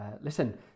Listen